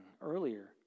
earlier